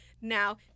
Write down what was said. Now